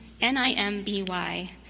N-I-M-B-Y